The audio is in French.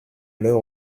leur